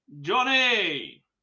Johnny